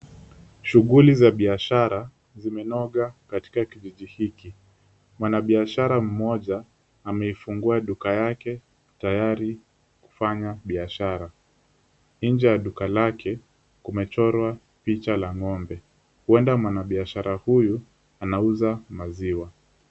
Shughuli za biashara zimenoga katika kijiji hiki. Mwanabiashara mmoja ameifungua duka yake, tayari kufanya biashara. Nje ya duka lake kumechorwa picha la ng'ombe. Huenda mwanabiashara huyu anauza maziwa.